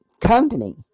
company